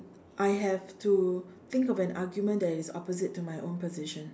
I have to think of an argument that is opposite to my own position